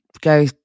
go